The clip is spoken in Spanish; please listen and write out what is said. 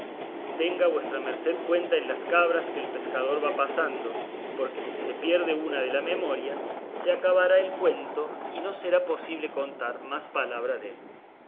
tenga vuestra merced cuenta en las cabras que el pescador va pasando porque si se pierde una de la memoria se acabará el cuento y no será posible contar más palabra dél